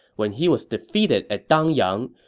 when he was defeated at dangyang,